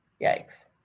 Yikes